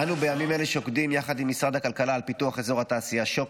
אנו שוקדים בימים אלה יחד עם משרד הכלכלה על פיתוח אזור התעשייה שוקת,